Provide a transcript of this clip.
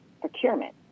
procurement